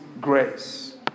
grace